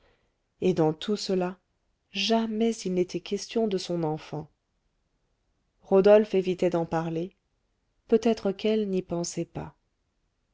et dans tout cela jamais il n'était question de son enfant rodolphe évitait d'en parler peut-être qu'elle n'y pensait pas